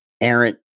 errant